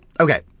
Okay